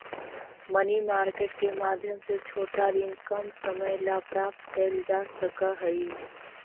money market के माध्यम से छोटा ऋण कम समय ला प्राप्त कैल जा सकऽ हई